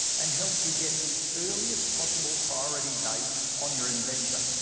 and helps you get the earliest possible priority date on your invention.